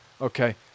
Okay